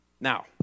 Now